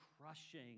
crushing